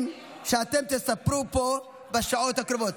שאתם תספרו עליהם פה בשעות הקרובות.